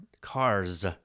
cars